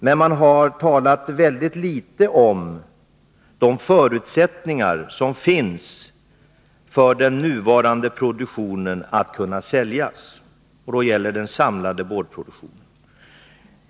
Men man har talat väldigt litet om de förutsättningar som finns för fabriken att kunna sälja de nuvarande produkterna. Jag syftar då på hela den samlade boardproduktionen.